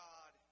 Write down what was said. God